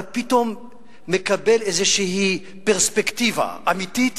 אתה פתאום מקבל איזושהי פרספקטיבה אמיתית